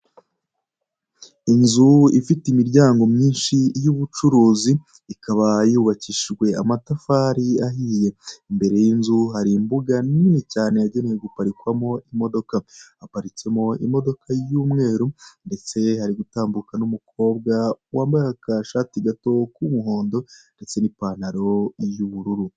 Inzu ifite imiryango minshi y'ubucuruzi ikaba yubakishijwe amatafari ahiye, imbere y'inzu hari imbuga nini cyane yagenewe guparikamo imodoka haparitsemo imodoka y'umweru ndetse hari gutambuka umukobwa wambaye agashati gato k'umuhondo ndetse n'ipanaro y'ubururu.